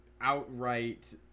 outright